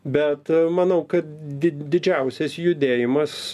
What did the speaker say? bet manau kad di didžiausias judėjimas